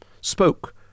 spoke